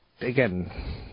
again